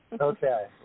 Okay